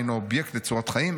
אינו אובייקט לצורת חיים,